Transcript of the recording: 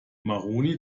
maroni